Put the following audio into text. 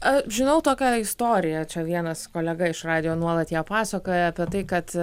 a žinau tokią istoriją čia vienas kolega iš radijo nuolat ją pasakoja apie tai kad